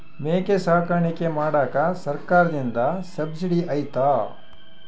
ಮೇಕೆ ಸಾಕಾಣಿಕೆ ಮಾಡಾಕ ಸರ್ಕಾರದಿಂದ ಸಬ್ಸಿಡಿ ಐತಾ?